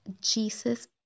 Jesus